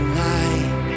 light